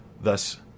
Thus